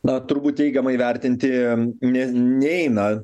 na turbūt teigiamai vertinti ne neina